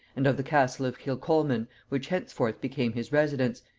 and of the castle of kilcolman, which henceforth became his residence,